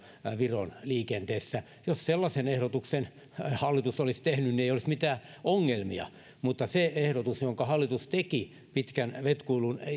viron liikenteessä jos sellaisen ehdotuksen hallitus olisi tehnyt ei olisi mitään ongelmia mutta se ehdotus jonka hallitus teki pitkän vetkuilun